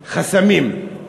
חסמים.